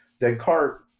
Descartes